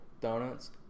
Donuts